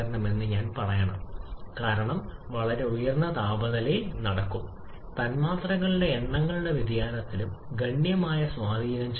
𝑊𝑛𝑒𝑡 𝑡ℎ 𝑎𝑟𝑒𝑎 1 − 2 − 3 − 4 − 1 അതേസമയം അതിന്റെ പ്രഭാവം കണക്കിലെടുത്ത് ഇന്ധന വായു ചക്രം പ്രവചിക്കുന്ന നെറ്റ്വർക്ക് ഔട്ട്പുട്ട് വിച്ഛേദനം മാത്രം